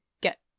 get